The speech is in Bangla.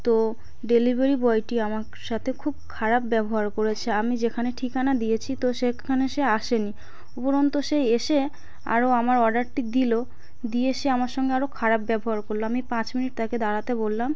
তো ডেলিভারি বয়টি আমার সাথে খুব খারাপ ব্যবহার করেছে আমি যেখানে ঠিকানা দিয়েছি তো সেখানে সে আসেনি উপরন্তু সে এসে আরও আমার অর্ডারটি দিল দিয়ে সে আমার সঙ্গে আরও খারাপ ব্যবহার করল আমি পাঁচ মিনিট তাকে দাঁড়াতে বললাম